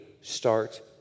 start